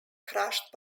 crushed